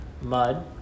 mud